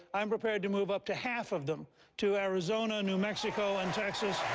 i'm prepared to move up to half of them to arizona, new mexico, and texas.